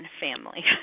family